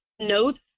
notes